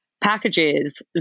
packages